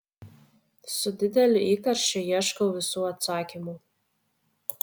su dideliu įkarščiu ieškau visų atsakymų